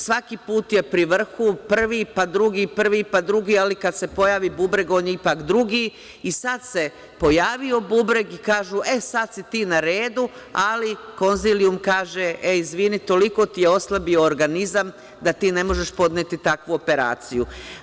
Svaki put je pri vrhu, prvi, pa drugi, prvi pa drugi, ali kada se pojavi bubreg, on je ipak drugi i sada se pojavio bubreg i kažu – sada si ti na redu, ali konzilijum kaže – toliko ti je oslabio organizam da ti ne možeš podneti takvu operaciju.